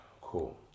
cool